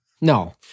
No